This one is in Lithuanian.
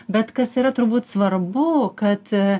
bet kas yra turbūt svarbu kad